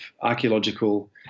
archaeological